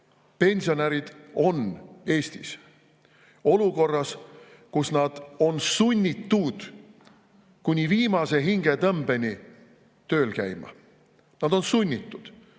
pensionärid on Eestis olukorras, kus nad on sunnitud kuni viimase hingetõmbeni tööl käima. Nad on sunnitud!